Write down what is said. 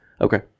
Okay